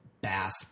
bath